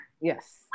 Yes